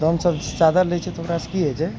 दम साधल रहय छै तऽ ओकरासँ कि होइ छै